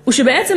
הוא שבעצם,